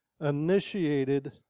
initiated